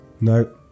No